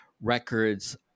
records